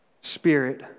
spirit